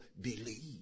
believe